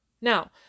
Now